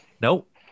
Nope